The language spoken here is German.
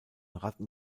ratten